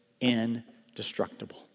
indestructible